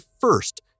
first